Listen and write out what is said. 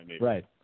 Right